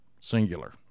singular